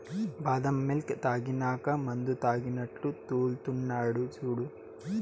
బాదం మిల్క్ తాగినాక మందుతాగినట్లు తూల్తున్నడు సూడు